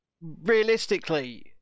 realistically